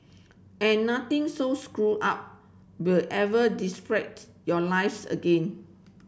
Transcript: and nothing so screwed up will ever disrupt your lives again